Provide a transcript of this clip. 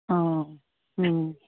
ਹਾਂ ਹਮ